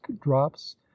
drops